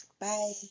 Bye